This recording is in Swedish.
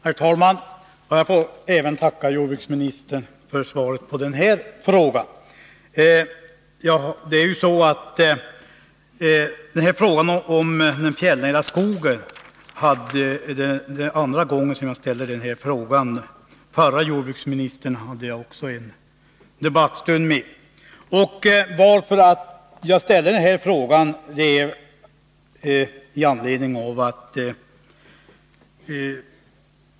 Herr talman! Jag får tacka jordbruksministern även för svaret på denna fråga. Det är andra gången som jag framställer en fråga om de fjällnära skogarna. Jag har nämligen haft en debattstund också med förre jordbruksministern. Anledningen till att jag ställt den här frågan är följande.